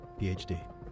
PhD